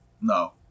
No